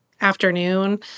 afternoon